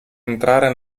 entrare